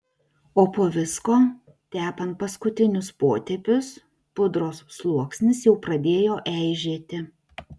o po visko tepant paskutinius potėpius pudros sluoksnis jau pradėjo eižėti